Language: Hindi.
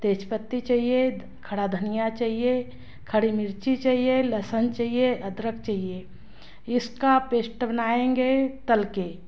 तेज़ पत्ते चाहिए खड़ा धनिया चाहिए खड़ी मिर्ची चाहिए लहसुन चाहिए अदरक चाहिए इसका पेस्ट बनाएंगे तल कर